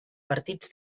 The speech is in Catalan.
partits